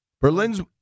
Berlin's